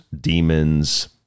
demons